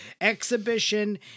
exhibition